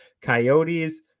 Coyotes